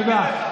תודה.